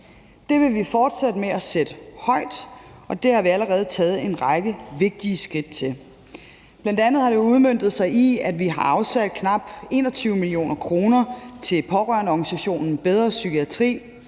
Det vil vi fortsætte med at prioritere højt, og det har vi allerede taget en række vigtige skridt til. Det har bl.a. udmøntet sig i, at vi har afsat knap 21 mio. kr. til pårørendeorganisationen Bedre Psykiatri,